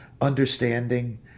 understanding